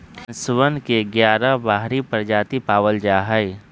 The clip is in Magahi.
बांसवन के ग्यारह बाहरी प्रजाति पावल जाहई